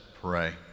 pray